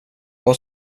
vad